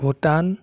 Bhutan